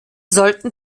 sollten